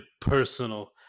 personal